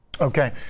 Okay